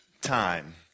time